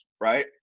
right